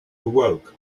awoke